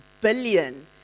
billion